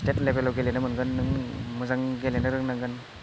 state लेभेलाव गेलेनो मोनगोन मोजां गेलेनो रोंनांगोन